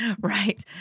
right